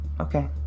Okay